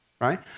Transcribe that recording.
right